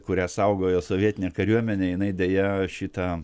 kurią saugojo sovietinė kariuomenė jinai deja šitą